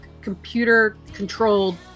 computer-controlled